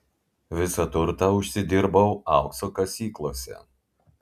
visą turtą užsidirbau aukso kasyklose